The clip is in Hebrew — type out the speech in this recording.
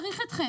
הם לא עשו.